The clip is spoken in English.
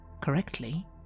correctly